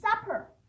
supper